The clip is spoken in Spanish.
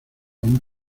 aún